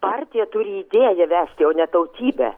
partija turi idėją vesti jau ne tautybę